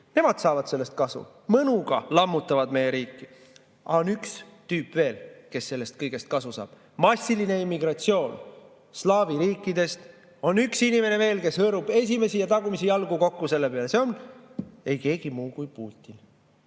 Nemad saavad sellest kasu. Mõnuga lammutavad meie riiki. Aga on üks tüüp veel, kes sellest kõigest kasu saab. Massiline immigratsioon slaavi riikidest – on üks inimene veel, kes hõõrub esimesi ja tagumisi jalgu kokku selle peale, ja see on ei keegi muu kui Putin.